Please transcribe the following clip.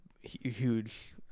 huge